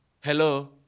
Hello